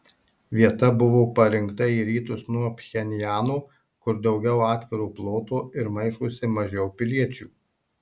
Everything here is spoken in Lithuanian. vieta buvo parinkta į rytus nuo pchenjano kur daugiau atviro ploto ir maišosi mažiau piliečių